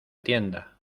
tienda